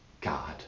God